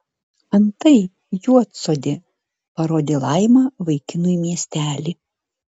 antai juodsodė parodė laima vaikinui miestelį